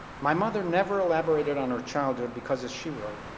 my mother never elaborated on her childhood because, as she wrote,